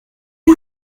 who